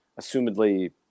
assumedly